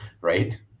right